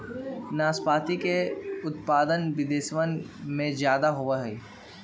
नाशपाती के उत्पादन विदेशवन में ज्यादा होवा हई